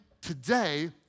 today